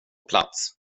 plats